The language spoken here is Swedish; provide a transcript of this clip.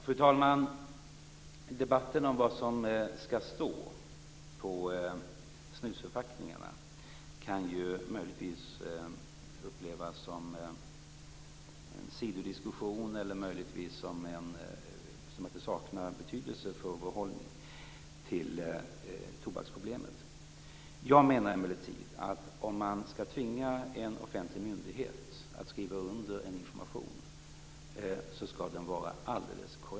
Fru talman! Möjligtvis kan man uppleva debatten om vad som skall stå på snusförpackningarna som en sidodiskussion eller känna att den skulle sakna betydelse för vår hållning till tobaksproblemet. Jag menar emellertid att om man skall tvinga en offentlig myndighet att skriva under en information, skall den vara alldeles korrekt.